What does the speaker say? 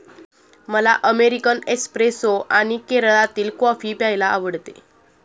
मला American espresso आणि केरळातील कॉफी प्यायला आवडते